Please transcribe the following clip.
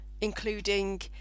including